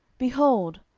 behold,